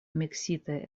miksitaj